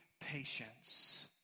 patience